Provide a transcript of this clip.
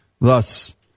thus